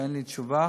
ואין לי תשובה